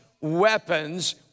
weapons